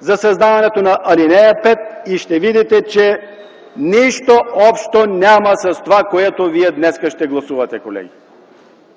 за създаването на ал. 5. Ще видите, че няма нищо общо с това, което вие днес ще гласувате, колеги.